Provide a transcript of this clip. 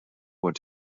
what